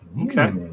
Okay